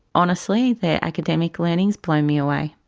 honestly their academic learning has blown me away.